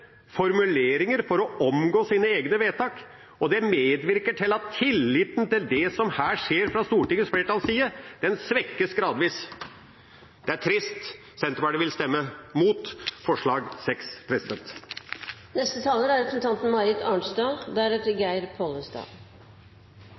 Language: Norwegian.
formuleringer for å omgå sine egne vedtak, og det medvirker til at tilliten til det som her skjer fra Stortingets flertalls side, svekkes gradvis. Det er trist. Senterpartiet vil stemme imot forslag